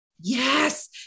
yes